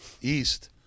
east